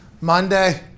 Monday